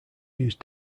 use